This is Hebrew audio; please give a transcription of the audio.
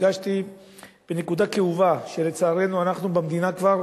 הגשתי בנקודה כאובה שלצערנו אנחנו במדינה כבר